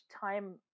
time